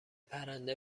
پرنده